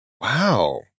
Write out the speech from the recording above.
Wow